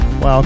Wow